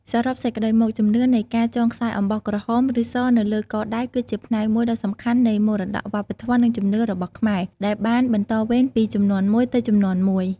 សរុបសេចក្ដីមក ជំនឿនៃការចងខ្សែអំបោះក្រហម ឬស នៅលើកដៃ គឺជាផ្នែកមួយដ៏សំខាន់នៃ មរតកវប្បធម៌ និងជំនឿរបស់ខ្មែរ ដែលបានបន្តវេនពីជំនាន់មួយទៅជំនាន់មួយ។